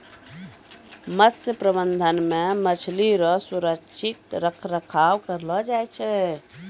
मत्स्य प्रबंधन मे मछली रो सुरक्षित रख रखाव करलो जाय छै